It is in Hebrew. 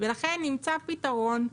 לכן נמצא פתרון,